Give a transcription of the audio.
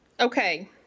Okay